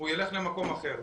הוא ילך למקום אחר.